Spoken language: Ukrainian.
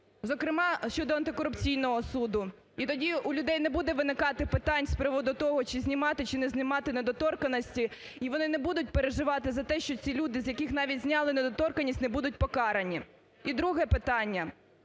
зокрема щодо антикорупційного суду. І тоді у людей не буде виникати питань з приводу того, чи знімати, чи не знімати недоторканності, і вони не будуть переживати за те, що ці люди, з яких навіть зняли недоторканність, не будуть покарані. І друге питання